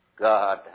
God